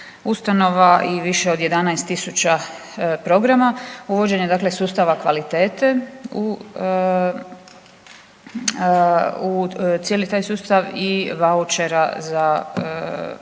ustanova i više od 11.000 programa. Uvođenje dakle sustava kvalitete u, u cijeli taj sustav i vaučera za obrazovanje.